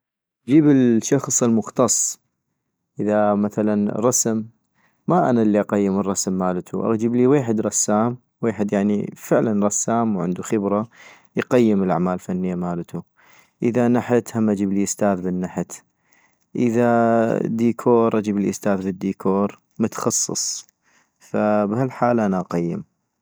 جيب الشخص المختص ، اذا مثلا رسم ما انا الي أقيم الرسم مالتو - اجيبلي ويحد رسام ويحد يعني فعلا رسام وعندو خبرة يقيم الاعمال الأعمال الفنية مالتو - اذا نحت هم اجيبلي استاذ بالنحت - اذا ديكور اجيبلي استاذ بالديكور متخصص بهالحالة أنا أقيم